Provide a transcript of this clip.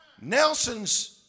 Nelson's